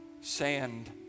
sand